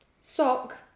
sock